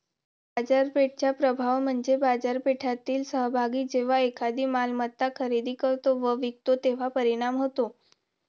बाजारपेठेचा प्रभाव म्हणजे बाजारपेठेतील सहभागी जेव्हा एखादी मालमत्ता खरेदी करतो व विकतो तेव्हा परिणाम होतो